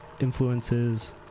influences